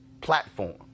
platform